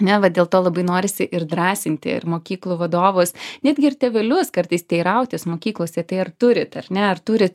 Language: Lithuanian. neva dėl to labai norisi ir drąsinti ir mokyklų vadovus netgi ir tėvelius kartais teirautis mokyklose tai ar turit ar ne ar turit